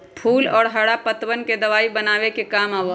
फूल और हरा पत्तवन के दवाई बनावे के काम आवा हई